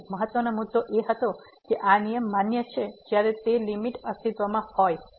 પરંતુ તે મહત્વનો મુદ્દો એ હતો કે આ નિયમ માન્ય છે જ્યારે તે લીમીટ અસ્તિત્વમાં હોય